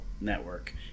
Network